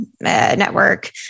network